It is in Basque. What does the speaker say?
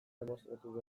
demostratu